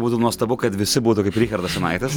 būtų nuostabu kad visi būtų kaip richardas jonaitis